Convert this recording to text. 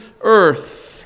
earth